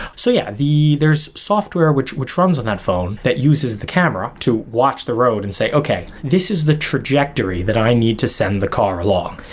so yeah, there's software which which runs on that phone that uses the camera to watch the road and say, okay, this is the trajectory that i need to send the car along.